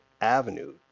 avenue